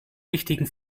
wichtigen